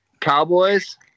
Cowboys